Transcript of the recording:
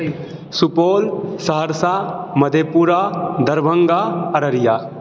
Supaul Saharsa Madhepura Darbhanga Araria